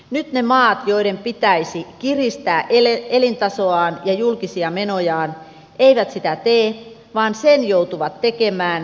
nyt ne maat joiden pitäisi kiristää ele elintasoa ja julkisia menojaan eivät sitä tee vaan sen joutuvan tekemää